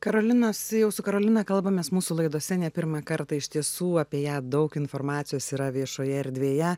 karolinos jau su karolina kalbamės mūsų laidose ne pirmą kartą iš tiesų apie ją daug informacijos yra viešoje erdvėje